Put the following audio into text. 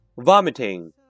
vomiting